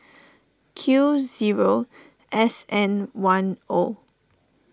Q zero S N one O